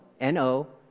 no